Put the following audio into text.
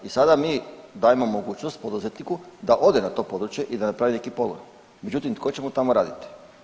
I sada mi dajemo mogućnost poduzetniku da ode na to područje i da napravi neki … međutim tko će mu tamo raditi?